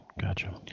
gotcha